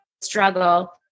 struggle